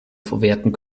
verwerten